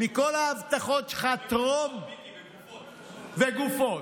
מכל ההבטחות שלך טרום, מיקי, וגופות, וגופות.